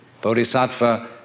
Bodhisattva